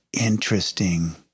interesting